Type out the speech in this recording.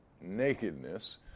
nakedness